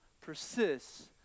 persists